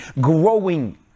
growing